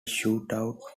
shootout